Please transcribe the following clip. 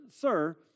Sir